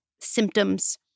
symptoms